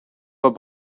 that